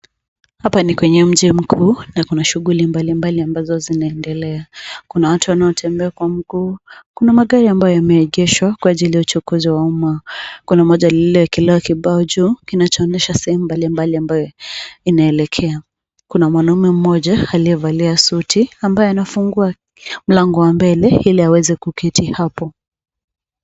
Hapa ni kwenye mji mkuu na kuna shughuli mbalimbali ambazo zinaendelea. Kuna watu wanaotembea kwa mguu. Kuna magari ambayo yameegeshwa kwa ajili ya uchukuzi wa umma. Kuna moja lililoekelewa kibao juu kinacho onyesha sehemu mbalimbali ambayo inaelekea. Kuna mwanamume mmoja aliyevalia suti ambaye anafungua mlango wa mbele ili aweze kuketi hapo.